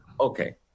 okay